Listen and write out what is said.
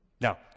Now